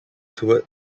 toward